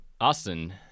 Austin